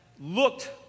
looked